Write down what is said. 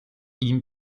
ihm